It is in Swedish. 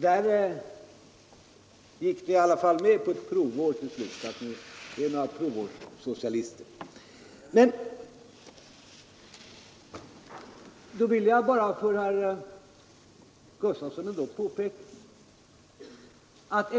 Där gick ni i alla fall med på ett provår till slut — ni blev ett slags provårssocialister. Jag vill påpeka för herr Gustafson i Göteborg att